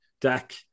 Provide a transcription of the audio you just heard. Dak